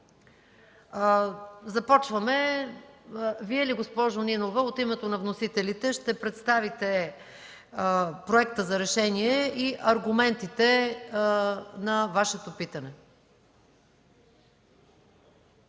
за решение. Госпожо Нинова, от името на вносителите Вие ли ще представите Проекта за решение и аргументите на Вашето питане?